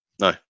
No